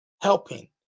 helping